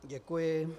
Děkuji.